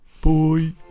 boy